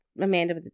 Amanda